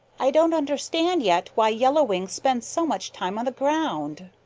i don't understand yet why yellow wing spends so much time on the ground.